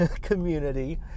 community